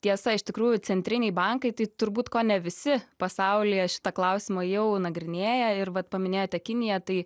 tiesa iš tikrųjų centriniai bankai tai turbūt kone visi pasaulyje šitą klausimą jau nagrinėja ir vat paminėjote kiniją tai